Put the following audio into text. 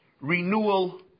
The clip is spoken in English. renewal